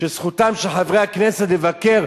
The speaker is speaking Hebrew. שזכותם של חברי הכנסת לבקר,